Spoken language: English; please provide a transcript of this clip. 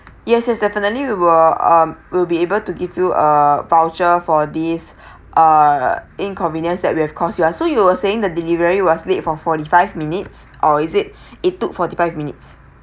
yes yes definitely we will um will be able to give you a voucher for this uh inconvenience that we have caused you ah so you were saying the delivery was late for forty five minutes or is it it took forty five minutes